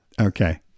Okay